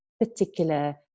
particular